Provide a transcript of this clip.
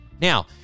Now